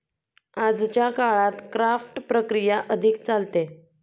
आजच्या काळात क्राफ्ट प्रक्रिया अधिक चालते